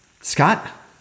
Scott